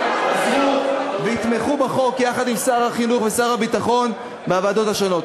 עזרו ויתמכו בחוק יחד עם שר החינוך ושר הביטחון בוועדות השונות.